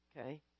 Okay